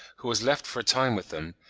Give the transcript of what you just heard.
who was left for a time with them,